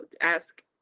ask